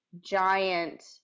giant